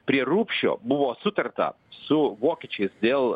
prie rubšio buvo sutarta su vokiečiais dėl